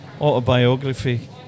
autobiography